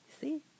See